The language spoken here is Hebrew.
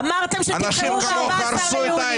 אמרתם שתבחרו ב-14 ביוני.